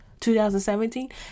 2017